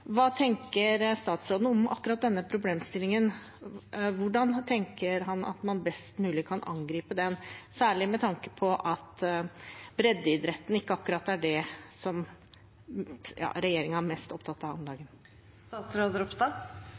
hva tenker statsråden om akkurat denne problemstillingen? Hvordan tenker han at man best mulig kan angripe den, særlig med tanke på at breddeidretten ikke akkurat er det som regjeringen er mest opptatt av